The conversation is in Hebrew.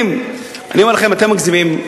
חברים, אני אומר לכם, אתם מגזימים.